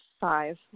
five